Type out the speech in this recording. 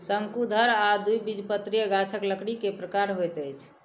शंकुधर आ द्विबीजपत्री गाछक लकड़ी के प्रकार होइत अछि